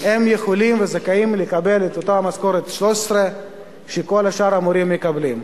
הם יכולים וזכאים לקבל את אותה משכורת 13 שכל שאר המורים מקבלים.